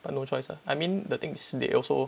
but no choice lah I mean the things they also